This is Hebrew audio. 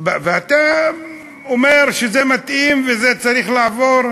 ואתה אומר שזה מתאים וזה צריך לעבור,